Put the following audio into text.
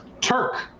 Turk